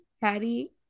Patty